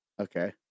Okay